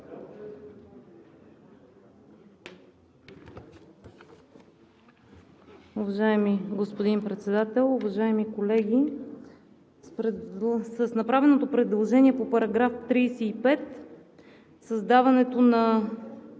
Уважаеми господин Председател, уважаеми колеги! С направеното предложение по § 35 създаването на